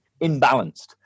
imbalanced